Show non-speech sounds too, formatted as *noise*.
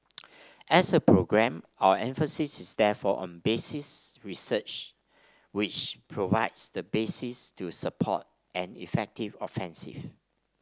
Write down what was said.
*noise* as a programme our emphasis is therefore on basic research which provides the basis to support an effective offensive